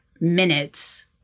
minutes